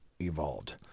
evolved